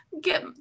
get